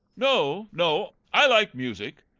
no, no i like music,